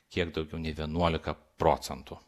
kiek daugiau nei vienuoliką procentų